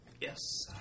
Yes